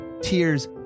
tears